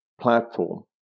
platform